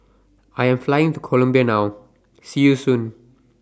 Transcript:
I Am Flying to Colombia now See YOU Soon